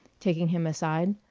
taking him aside,